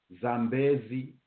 Zambezi